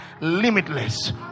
limitless